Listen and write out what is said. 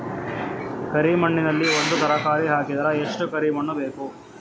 ಕರಿ ಮಣ್ಣಿನಲ್ಲಿ ಒಂದ ತರಕಾರಿ ಹಾಕಿದರ ಎಷ್ಟ ಕರಿ ಮಣ್ಣು ಬೇಕು?